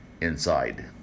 inside